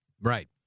Right